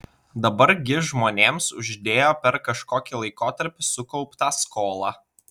dabar gi žmonėms uždėjo per kažkokį laikotarpį sukauptą skolą